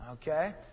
Okay